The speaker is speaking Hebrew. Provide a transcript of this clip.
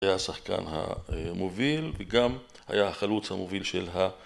היה השחקן המוביל, וגם היה החלוץ המוביל של ה...